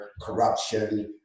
corruption